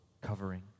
covering